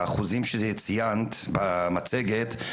באחוזים שציינת במצגת,